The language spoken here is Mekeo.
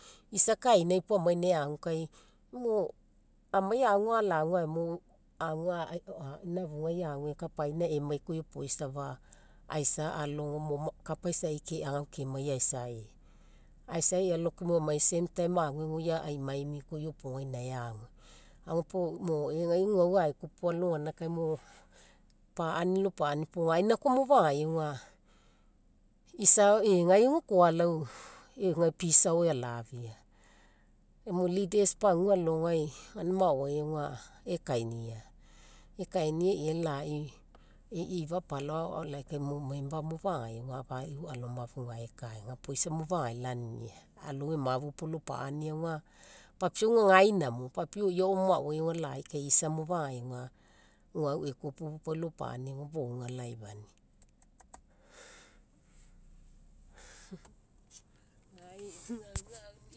Isa kainai puo amai inae agu kai, mo amai agu ala agu agemo. Agu afuga agu kapaina koa emai aisa alogo, kapa isaii keagau kemai asaii. Asaii alao ke emai same time oi a'imaimi koa iopoga inae agu. egai guau aekupu alogaina kaimo, paani lo paani puo gaina koa mo fagagai aga isa egai aga koa lau egai peace ao alafia. Kaimo leaders pagua alogai gaina maoai gaina ekainia. Ekainia e'i ifa apala ao lai kai member mo fagagai afa e'u alomafu gae ekaega isa mo fagagai laniniani. Alou emafu puo lopaani aga, papiau aga gaina mo. I'a maoai lai kai isa mo fagagai aga guau ekupu puo pau lopaani aga fouga laifania.